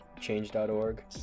change.org